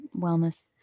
wellness